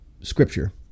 Scripture